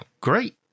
great